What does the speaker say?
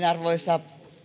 arvoisa